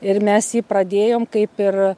ir mes jį pradėjom kaip ir